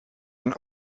een